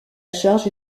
charge